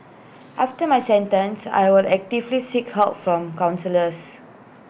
after my sentence I will actively seek help from counsellors